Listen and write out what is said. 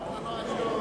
אדוני היושב-ראש,